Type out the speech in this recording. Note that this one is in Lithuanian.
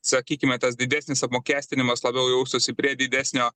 sakykime tas didesnis apmokestinimas labiau jaustųsi prie didesnio